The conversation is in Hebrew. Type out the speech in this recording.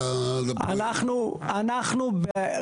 אנחנו בהוספת חסמים.